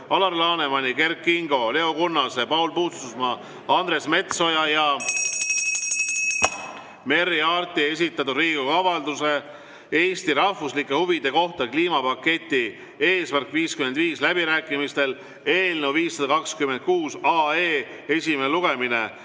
Alar Lanemani, Kert Kingo, Leo Kunnase, Paul Puustusmaa, Andres Metsoja ja Merry Aarti esitatud Riigikogu avalduse "Eesti rahvuslike huvide kohta kliimapaketi "Eesmärk 55" läbirääkimistel" eelnõu 526 esimene lugemine.